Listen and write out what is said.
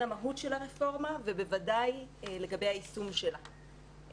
המהות של הרפורמה ובוודאי לגבי היישום שלה.